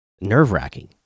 nerve-wracking